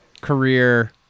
career